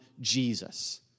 Jesus